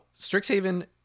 Strixhaven